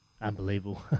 unbelievable